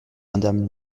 madame